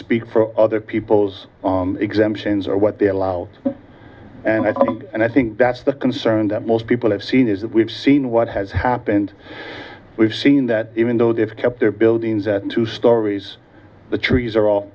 speak for other people's exemptions or what they allow and i think and i think that's the concern that most people have seen is that we've seen what has happened we've seen that even though they've kept their buildings at two stories the trees are all